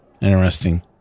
interesting